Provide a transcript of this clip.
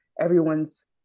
everyone's